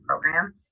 program